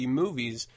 movies